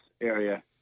area